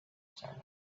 silent